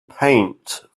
paint